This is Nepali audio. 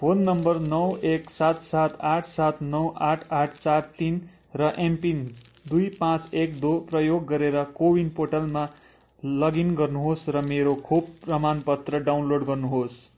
फोन नम्बर नौ एक सात सात आठ सात नौ आठ आठ चार तिन र एमपिन दुई पाँच एक दुई प्रयोग गरेर को विन पोर्टलमा लगइन गर्नुहोस् र मेरो खोप प्रमाणपत्र डाउनलोड गर्नुहोस्